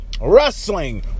wrestling